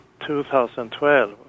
2012